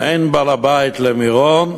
אין בעל-בית למירון,